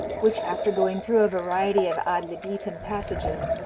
which after going through a variety of ad libitum passages,